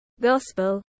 gospel